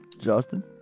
Justin